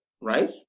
right